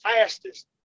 fastest